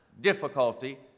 difficulty